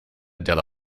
della